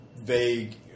vague